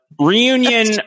Reunion